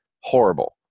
horrible